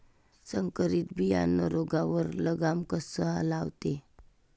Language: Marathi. संकरीत बियानं रोगावर लगाम कसा लावते?